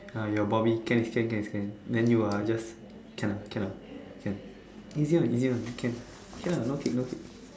your Bobby can if can can if can then you are just can ah can ah can easy one easy one can can ah no kick no kick